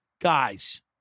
guys